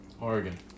Oregon